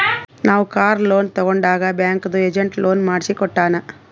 ನಾವ್ car loan ತಗೊಂಡಾಗ್ ಬ್ಯಾಂಕ್ದು ಏಜೆಂಟ್ ಲೋನ್ ಮಾಡ್ಸಿ ಕೊಟ್ಟಾನ್